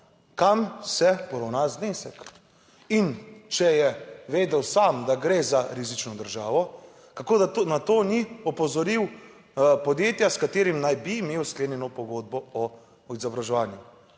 kam se poravna znesek. In če je vedel sam, da gre za rizično državo, kako na to ni opozoril podjetja s katerim naj bi imel sklenjeno pogodbo o izobraževanju?